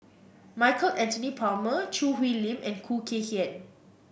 Michael Anthony Palmer Choo Hwee Lim and Khoo Kay Hian